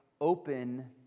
open